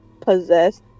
possessed